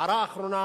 הערה אחרונה